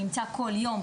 שנמצא כל יום,